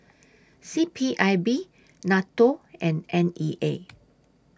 C P I B NATO and N E A